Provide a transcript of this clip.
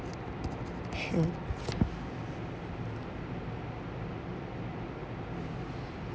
mm